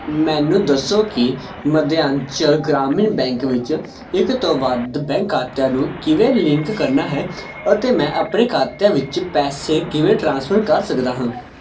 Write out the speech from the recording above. ਮੈਨੂੰ ਦੱਸੋ ਕਿ ਮੱਧਯਾਂਚਲ ਗ੍ਰਾਮੀਣ ਬੈਂਕ ਵਿੱਚ ਇੱਕ ਤੋਂ ਵੱਧ ਬੈਂਕ ਖਾਤਿਆਂ ਨੂੰ ਕਿਵੇਂ ਲਿੰਕ ਕਰਨਾ ਹੈ ਅਤੇ ਮੈਂ ਆਪਣੇ ਖਾਤਿਆਂ ਵਿੱਚ ਪੈਸੇ ਕਿਵੇਂ ਟ੍ਰਾਂਸਫਰ ਕਰ ਸਕਦਾ ਹਾਂ